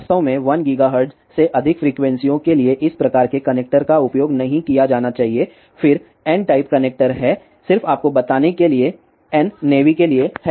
वास्तव में 1 गीगाहर्ट्ज़ से अधिक फ्रीक्वेंसीयों के लिए इस प्रकार के कनेक्टर का उपयोग नहीं किया जाना चाहिए फिर N टाइप कनेक्टर हैं सिर्फ आपको बताने के लिए N नेवी के लिए है